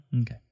Okay